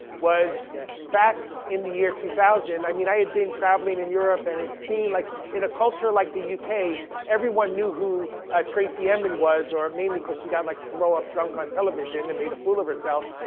was back in the year two thousand. i mean i had been traveling in europe and seeing, like in a culture like the yeah uk everyone knew who tracey emin was, or mainly cause she got like throw up drunk on television and made a fool of herself.